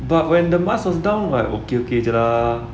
but when the mask was down like okay okay jer lah